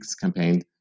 campaign